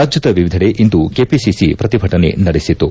ರಾಜ್ಞದ ವಿವಿಧೆಡೆ ಇಂದು ಕೆಪಿಸಿಸಿ ಪ್ರತಿಭಟನೆ ನಡೆಸಿತು